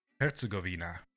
Herzegovina